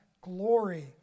glory